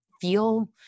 feel